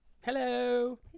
hello